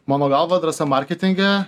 mano galva drąsa marketinge